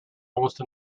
almost